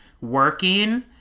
working